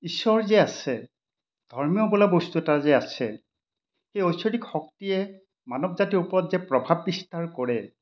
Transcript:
ঈশ্বৰ যে আছে ধৰ্মীয় বোলা বস্তু এটা যে আছে সেই ঐশ্বৰিক শক্তিয়ে মানৱ জাতিৰ ওপৰত যে প্ৰভাৱ বিস্তাৰ কৰে